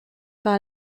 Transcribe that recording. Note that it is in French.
par